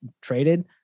traded